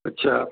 अच्छा